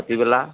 ভাটিবেলা